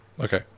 Okay